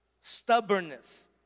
stubbornness